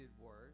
word